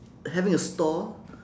having a store